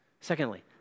Secondly